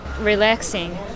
relaxing